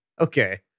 okay